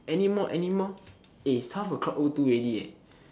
anymore anymore eh it is twelve o-clock o two already eh